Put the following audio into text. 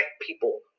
people